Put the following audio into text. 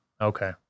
Okay